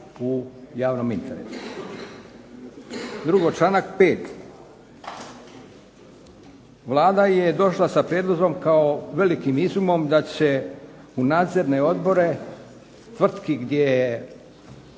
u javnom interesu.